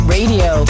Radio